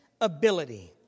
ability